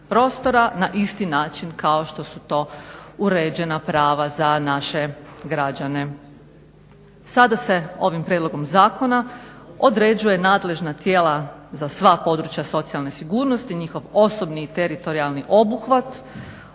na isti način kao što su to uređena prava za naše građane. Sada se ovim prijedlogom zakona određuje nadležna tijela za sva područja socijalne sigurnosti, njihov osobni i teritorijalni obuhvat,